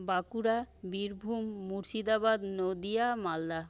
Bankura Birbhum Murshidabad Nadia Malda